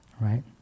right